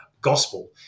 gospel